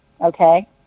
okay